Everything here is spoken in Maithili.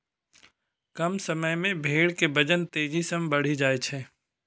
कम समय मे भेड़ के वजन तेजी सं बढ़ि जाइ छै